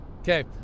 Okay